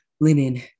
linen